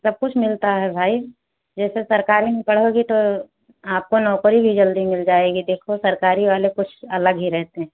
सब कुछ मिलता है भाई जैसे सरकारी में पढ़ोगी तो आपको नौकरी भी जल्दी मिल जाएगी देखो सरकारी वालो कुछ अलग ही रहते हैं